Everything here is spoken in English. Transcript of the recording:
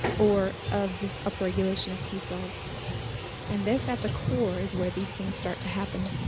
or of this upregulation of t-cells and this at the core is where these things start to happen.